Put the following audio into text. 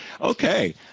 Okay